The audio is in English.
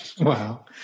wow